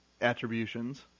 attributions